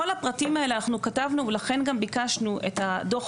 כל הפרטים האלה אנחנו כתבנו ולכן גם ביקשו את דוח